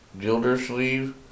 Gildersleeve